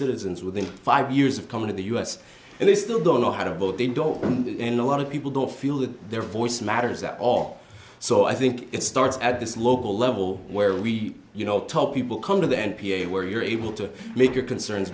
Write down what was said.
citizens within five years of coming to the u s and they still don't know how to vote they don't in a lot of people don't feel that their voice matters at all so i think it starts at this local level where we you know top people come to the n p a where you're able to make your concerns